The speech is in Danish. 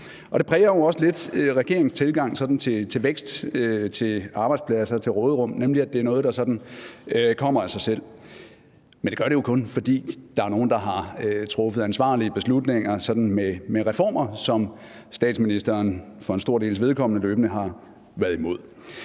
Det præger jo også lidt regeringens tilgang til vækst, til arbejdspladser, til råderum, nemlig at det er noget, der sådan kommer af sig selv. Men det gør det jo kun, fordi der er nogle, der har truffet ansvarlige beslutninger om reformer, som statsministeren – for en stor dels vedkommende – løbende har været imod.